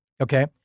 okay